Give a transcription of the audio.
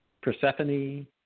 Persephone